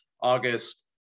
August